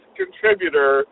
contributor